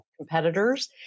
competitors